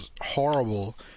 horrible